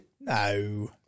No